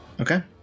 Okay